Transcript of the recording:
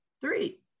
three